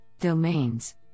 domains